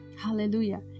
hallelujah